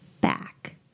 back